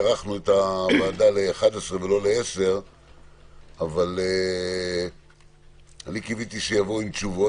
שהארכנו את הוועדה ל-11:00 במקום 10:00. קיוויתי שיבואו עם תשובות.